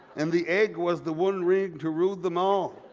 and the egg was the one ring to rule them all.